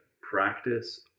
practice